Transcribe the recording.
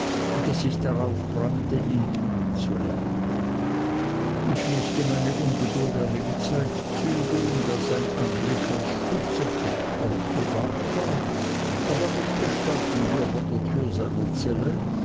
daß ich darauf brannte ihn kennen zu lernen ich mußte meine ungeduld einige zeit zügeln da sein anblick als schlußeffekt aufbewahrt war aber endlich standen wir vor der tür seiner zelle